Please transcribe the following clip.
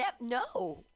no